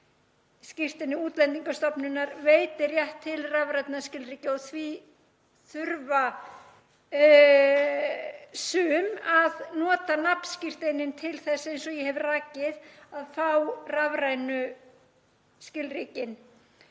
skírteini Útlendingastofnunar veiti rétt til rafrænna skilríkja og því þurfa sum að nota nafnskírteinin til þess, eins og ég hef rakið, að fá rafrænu skilríkin.